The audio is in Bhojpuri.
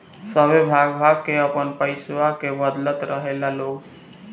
सभे भाग भाग के आपन पइसवा के बदलत रहेला लोग